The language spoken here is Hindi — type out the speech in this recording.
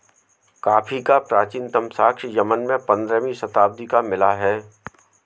कॉफी का प्राचीनतम साक्ष्य यमन में पंद्रहवी शताब्दी का मिला है